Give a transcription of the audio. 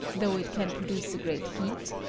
though it can produce a great heat,